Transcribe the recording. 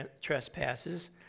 trespasses